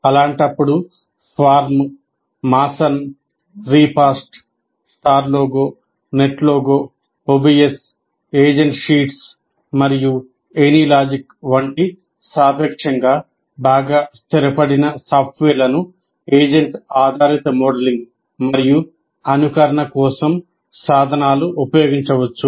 అలాంటప్పుడు స్వార్మ్ వంటి సాపేక్షంగా బాగా స్థిరపడిన సాఫ్ట్వేర్లను ఏజెంట్ ఆధారిత మోడలింగ్ మరియు అనుకరణ కోసం సాధనాలు ఉపయోగించవచ్చు